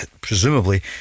presumably